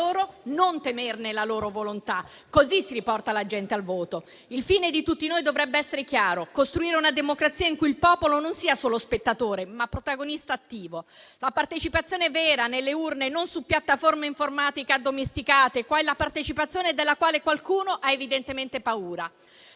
loro, non temerne la volontà. Così si riporta la gente al voto. Il fine di tutti noi dovrebbe essere chiaro: costruire una democrazia in cui il popolo sia non solo spettatore, ma anche protagonista attivo. La partecipazione vera è nelle urne, non su piattaforme informatiche addomesticate, quella partecipazione della quale qualcuno ha evidentemente paura.